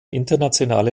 internationale